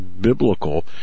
biblical